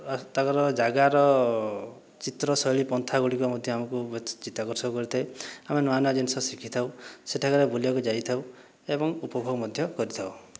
ଆଉ ତାଙ୍କର ଜାଗାର ଚିତ୍ର ଶୈଳୀ ପନ୍ଥାଗୁଡ଼ିକ ମଧ୍ୟ ଆମକୁ ଚିତ୍ତାକର୍ଷକ କରିଥାଏ ଆମେ ନୂଆ ନୂଆ ଜିନିଷ ଶିଖିଥାଉ ସେଠାକାରେ ବୁଲିବାକୁ ଯାଇଥାଉ ଏବଂ ଉପଭୋଗ ମଧ୍ୟ କରିଥାଉ